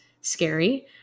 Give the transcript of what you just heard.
scary